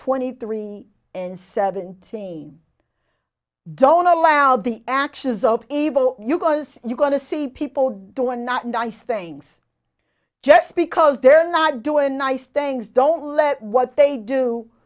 twenty three and seventeen don't allow the actions of evil you guys you're going to see people do and not nice things just because they're not doing nice things don't let what they do